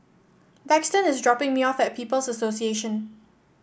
Daxton is dropping me off at People's Association